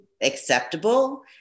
acceptable